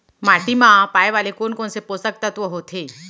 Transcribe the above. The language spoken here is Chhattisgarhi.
माटी मा पाए वाले कोन कोन से पोसक तत्व होथे?